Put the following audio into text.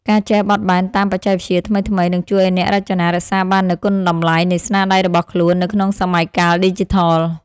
ការចេះបត់បែនតាមបច្ចេកវិទ្យាថ្មីៗនឹងជួយឱ្យអ្នករចនារក្សាបាននូវគុណតម្លៃនៃស្នាដៃរបស់ខ្លួននៅក្នុងសម័យកាលឌីជីថល។